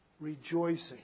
rejoicing